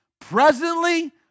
presently